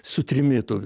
su trimitu